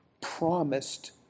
promised